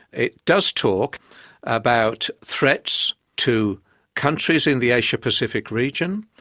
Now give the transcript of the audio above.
it does talk about threats to countries in the asia pacific region,